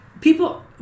people